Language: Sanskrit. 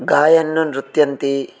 गायन् नृत्यन्ति